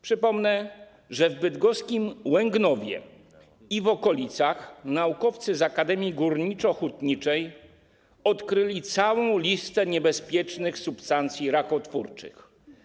Przypomnę, że w bydgoskim Łęgnowie i w okolicach naukowcy z Akademii Górniczo-Hutniczej odkryli całą listę niebezpiecznych substancji rakotwórczych.